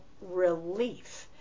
relief